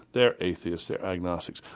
they're atheists, they're agnostics.